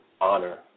honor